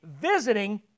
visiting